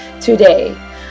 today